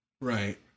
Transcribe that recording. Right